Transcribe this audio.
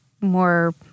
more